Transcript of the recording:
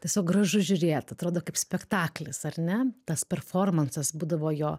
tiesiog gražu žiūrėt atrodo kaip spektaklis ar ne tas performansas būdavo jo